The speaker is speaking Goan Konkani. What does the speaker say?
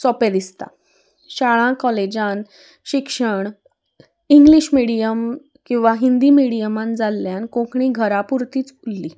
सोंपें दिसता शाळा कॉलेजान शिक्षण इंग्लिश मिडयम किंवा हिंदी मिडयमान जाल्ल्यान कोंकणी घरापुरतीच उरली